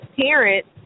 parents